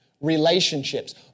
relationships